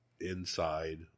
inside